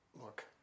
Look